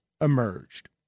emerged